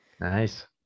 Nice